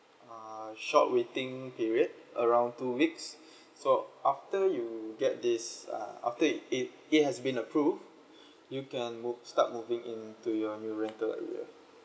err short waiting period around two weeks so after you get this uh after it it it has been approved you can move~ start moving into your new rental area